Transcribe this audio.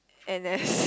N_S